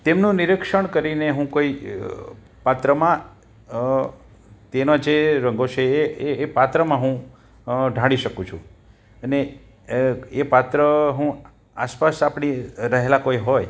તેમનું નિરીક્ષણ કરીને હું કોઈ પાત્રમાં તેનો જે રગો છે એ એ પાત્રમાં હું ઢાળી શકું છું અને એ પાત્ર હું આસપાસ આપણી રહેલા કોઈ હોય